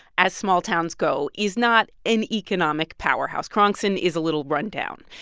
as small towns go, is not an economic powerhouse. kerhonkson is a little run-down.